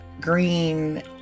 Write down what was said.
green